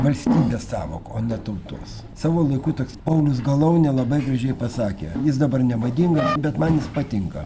valstybės sąvoka o ne tautos savo laiku toks paulius galaunė labai gražiai pasakė jis dabar nemadingas bet man jis patinka